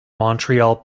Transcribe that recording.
montreal